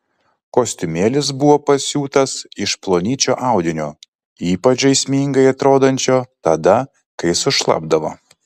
kostiumėlis buvo pasiūtas iš plonyčio audinio ypač žaismingai atrodančio tada kai sušlapdavo